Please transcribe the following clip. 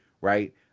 Right